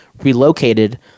relocated